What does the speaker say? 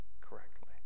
correctly